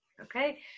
Okay